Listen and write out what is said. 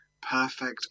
perfect